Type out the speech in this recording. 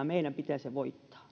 meidän pitää se voittaa